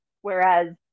Whereas